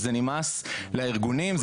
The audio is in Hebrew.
זה נמאס לארגונים,